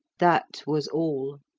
that was all.